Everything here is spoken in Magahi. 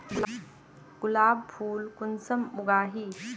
गुलाब फुल कुंसम उगाही?